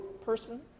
person